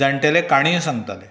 जाण्टेले काणयो सांगतालें